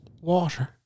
water